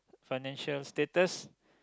financial status